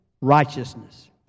righteousness